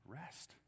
rest